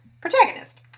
protagonist